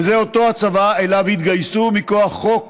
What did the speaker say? וזה אותו הצבא שאליו התגייסו מכוח חוק